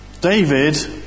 David